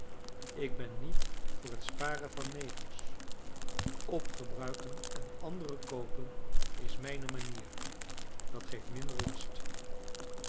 ik ben niet voor het sparen van negers opgebruiken en anderen koopen is mijne manier dat geeft minder last